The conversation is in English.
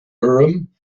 urim